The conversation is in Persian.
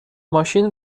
ماشین